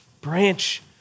branch